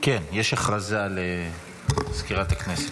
יש הודעה לסגנית מזכיר הכנסת.